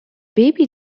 baby